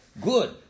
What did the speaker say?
Good